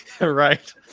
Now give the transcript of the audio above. right